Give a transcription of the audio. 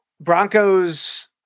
Broncos